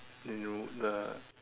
you know the